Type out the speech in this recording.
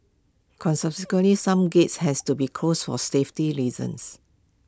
some gates has to be closed for safety reasons